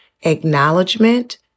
acknowledgement